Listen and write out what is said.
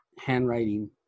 handwriting